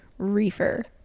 reefer